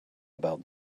about